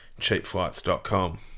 Cheapflights.com